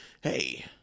hey